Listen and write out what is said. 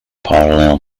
parallel